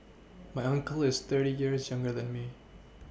my uncle is thirty years younger than me